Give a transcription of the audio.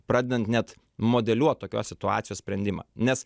pradedant net modeliuot tokios situacijos sprendimą nes